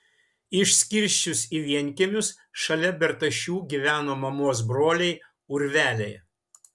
išskirsčius į vienkiemius šalia bertašių gyveno mamos broliai urveliai